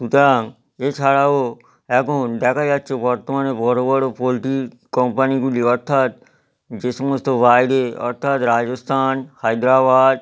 সুতরাং এছাড়াও এখন দেখা যাচ্ছে বর্তমানে বড় বড় পোলট্রির কোম্পানিগুলি অর্থাৎ যে সমস্ত বাইরে অর্থাৎ রাজস্থান হায়দ্রাবাদ